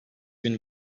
bin